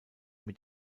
mit